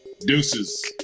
Deuces